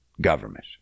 government